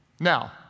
Now